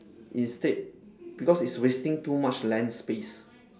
instead because it's wasting too much land space